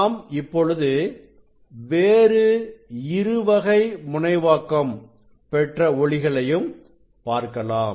நாம் இப்பொழுது வேறு இரு வகை முனைவாக்கம் பெற்ற ஒளிகளையும் பார்க்கலாம்